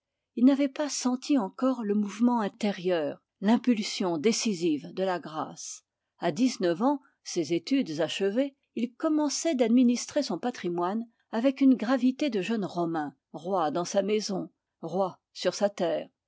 il n'avait pas senti encore le mouvement intérieur l'impulsion décisive de la grâce à dix-neuf ans ses études achevées il commençait d'administrer son patrimoine avec une gravité de jeune romain roi dans sa maison roi sur sa terre